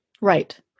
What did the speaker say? Right